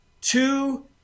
two